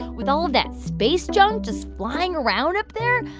with all of that space junk just flying around up there,